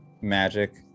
magic